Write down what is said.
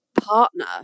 partner